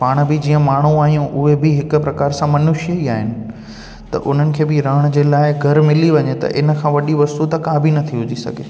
पाण बि जीअं माण्हू आहियूं उहे बि हिक प्रकार सां मनुष्य ई आहिनि त उन्हनि खे बि रहण जे लाइ घर मिली वञे त हिनखां वॾी वस्तू त का बि थी नथी सघे